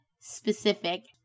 specific